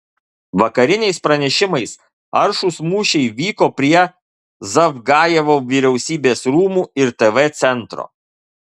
vakariniais pranešimais aršūs mūšiai vyko prie zavgajevo vyriausybės rūmų ir tv centro